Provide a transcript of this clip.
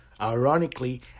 Ironically